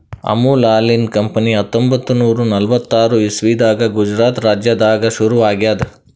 ಅಮುಲ್ ಹಾಲಿನ್ ಕಂಪನಿ ಹತ್ತೊಂಬತ್ತ್ ನೂರಾ ನಲ್ವತ್ತಾರ್ ಇಸವಿದಾಗ್ ಗುಜರಾತ್ ರಾಜ್ಯದಾಗ್ ಶುರು ಆಗ್ಯಾದ್